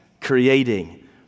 creating